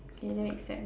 okay that makes sense